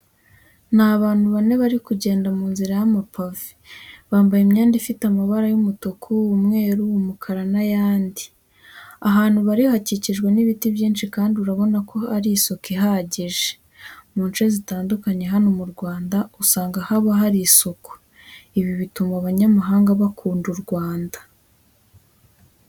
Ni abantu bane bari kugenda mu nzira y'amapave, bambaye imyenda ifite amabara y'umutuku, umweru, umukara n'ayandi. Ahantu bari hakikijwe n'ibiti byinshi kandi urabona ko hari isuku ihagije. Mu nce zitandukanye hano mu Rwanda usanga haba hari isuku, ibi bituma abanyamahanga bakunda u Rwanda.